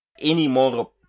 anymore